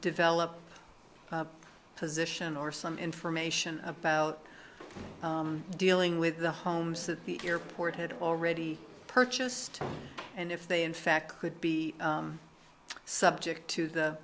develop a position or some information about dealing with the homes that the airport had already purchased and if they in fact could be subject to